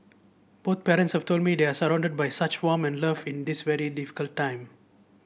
both parents have told me they are surrounded by such warm and love in this very difficult time